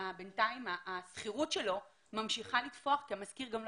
בינתיים השכירות שלו ממשיכה לתפוח כי המשכיר לא